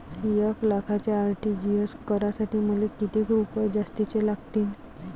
एक लाखाचे आर.टी.जी.एस करासाठी मले कितीक रुपये जास्तीचे लागतीनं?